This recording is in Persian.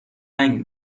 تنگ